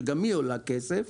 שגם היא עולה כסף.